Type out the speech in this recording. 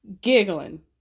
giggling